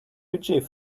budget